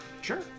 Sure